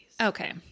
Okay